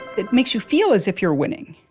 it makes you feel as if you're winning.